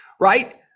right